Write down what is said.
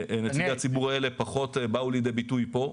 נציגי הציבור האלה פחות באו לידי ביטוי פה.